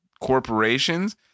corporations